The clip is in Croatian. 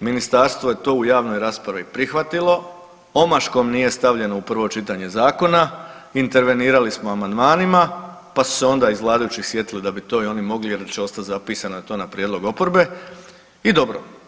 ministarstvo je to u javnoj raspravi prihvatilo, omaškom nije stavljeno u prvo čitanje zakona, intervenirali smo amandmanima pa su se onda iz vladajućih sjetili da bi to i oni mogli jer ostati zapisano to na prijedlog oporbe i dobro.